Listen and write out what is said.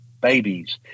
babies